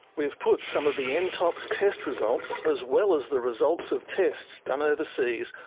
we've put some of the entox test results, as well as the results of tests done overseas,